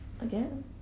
Again